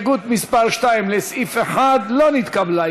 כן, הסתייגות מס' 2 לסעיף 1 לא נתקבלה.